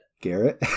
Garrett